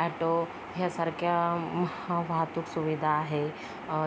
auto ह्यासारख्या म ह वाहतूक सुविधा आहे